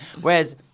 Whereas